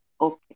Okay